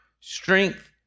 strength